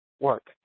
work